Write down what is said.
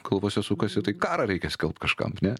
kalbose sukasi tai karą reikia skalbt kažkam ne